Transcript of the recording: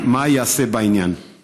גם דב חנין יוכל לשאול שאלה נוספת.